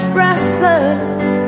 restless